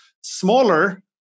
smaller